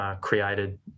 created